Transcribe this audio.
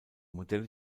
modelle